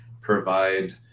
provide